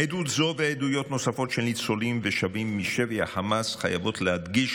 עדות זו ועדויות נוספות של ניצולים ושבים משבי החמאס חייבות להדגיש